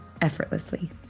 effortlessly